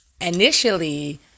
initially